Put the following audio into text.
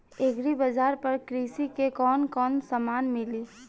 Agri बाजार पर कृषि के कवन कवन समान मिली?